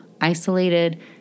isolated